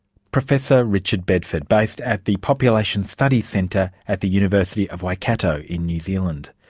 professor richard bedford, based at the population studies centre at the university of waikato in new zealand.